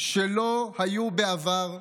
שלא היו בעבר,